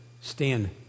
stand